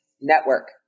network